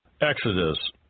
Exodus